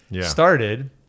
started